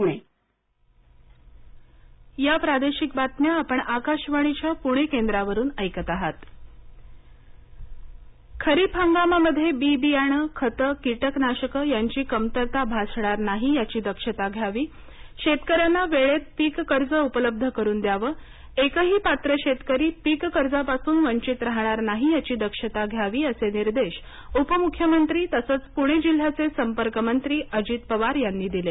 पुणे जिल्हा खरीप आढावा बैठक खरीप हंगामामध्ये बी बियाणं खतंकिटकनाशकं यांची कमतरता भासणार नाही याची दक्षता घ्यावीशेतकऱ्यांना वेळेत पीक कर्ज उपलब्ध करुन द्यावं एकही पात्र शेतकरी पिक कर्जापासून वंचित राहणार नाही याची दक्षता घ्यावीअसे निर्देश उपमुख्यमंत्री तसंच पुणे जिल्ह्याचे संपर्कमंत्री अजित पवार यांनी दिले